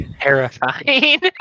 terrifying